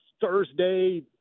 Thursday